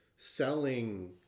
selling